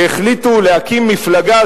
שהחליטו להקים מפלגה,